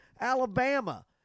Alabama